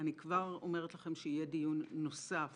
אני כבר אומרת לכם שיהיה דיון נוסף